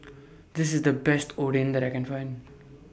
This IS The Best Oden that I Can Find